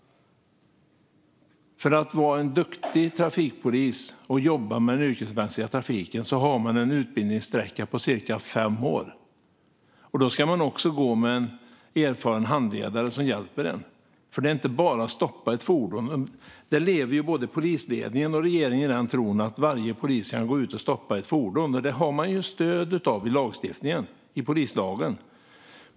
För att vara en duktig trafikpolis och jobba med den yrkesmässiga trafiken har man en utbildningssträcka på cirka fem år. Och då ska man också gå med en erfaren handledare som hjälper en. Både polisledningen och regeringen lever i tron att varje polis kan gå ut och stoppa ett fordon. Det har man stöd för i lagstiftningen, i polislagen.